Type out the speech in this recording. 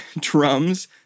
drums